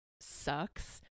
sucks